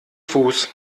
fuß